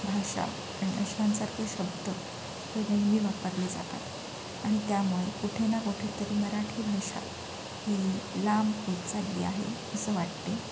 भाषा आणि अशांसारखे शब्द हे नेहमी वापरले जातात आणि त्यामुळे कुठे ना कुठेतरी मराठी भाषा ही लांब होत चालली आहे असं वाटते